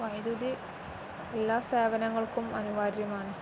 വൈദ്യുതി എല്ലാ സേവനങ്ങൾക്കും അനിവാര്യമാണ്